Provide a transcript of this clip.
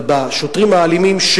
אבל בשוטרים האלימים,